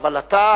גנאים.